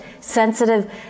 sensitive